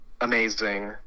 amazing